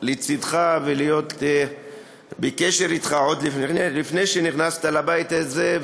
לצדך ולהיות בקשר אתך עוד לפני שנכנסת לבית הזה.